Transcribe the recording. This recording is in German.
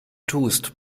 tust